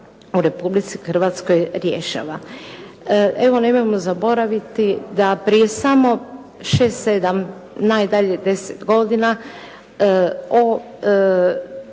Hvala vam